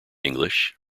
english